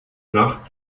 nach